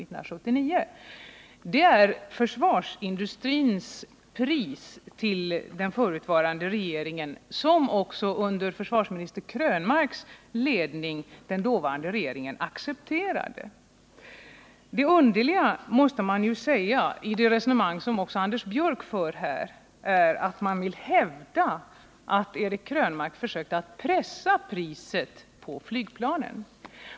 Det är det pris som försvarsindustrin begärde och som också den förutvarande regeringen under försvarsminister Krönmarks ledning accepterade. Det underliga i det resonemang som också Anders Björck här för är att man vill hävda att Eric Krönmark försökt att pressa priset på flygplanen.